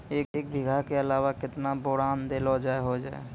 एक बीघा के अलावा केतना बोरान देलो हो जाए?